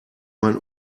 mein